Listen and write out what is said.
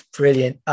brilliant